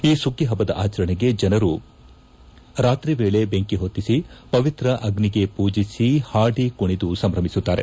ಈ ಸುಗ್ಗಿ ಪಬ್ದದ ಆಚರಣೆಗೆ ಜನರು ರಾಕ್ರಿ ವೇಳೆ ಬೆಂಕಿ ಹೊತ್ತಿಸಿ ಪವಿತ್ರ ಅಗ್ನಿಗೆ ಪೂಜಿಸಿ ಹಾಡಿ ಕುಣಿದು ಸಂಭ್ರಮಿಸುತ್ತಾರೆ